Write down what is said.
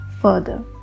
further